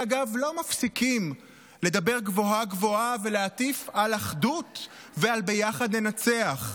שאגב לא מפסיקים לדבר גבוהה-גבוהה ולהטיף על אחדות ועל ביחד ננצח.